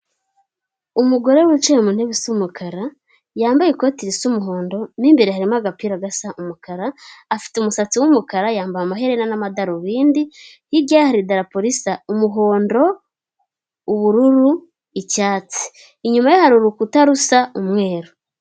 Umugore wicaye mu ntebe isa umukara, yambaye ikoti risa umuhondo, mo imbere harimo agapira gasa umukara, afite umusatsi w'umukara, yambaye amaherena n'amadarubindi, hirya ye hari idarapo risa umuhondo, ubururu, icyatsi, inyuma ye hari urukuta rusa umweru.